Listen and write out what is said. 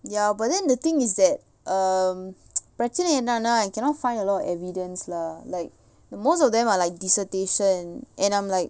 ya but then the thing is that um பிரச்சின என்னானா:prachchina enna naa I cannot find a lot of evidence lah like most of them are like dissertation and I'm like